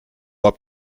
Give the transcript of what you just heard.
habt